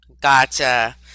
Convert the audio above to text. Gotcha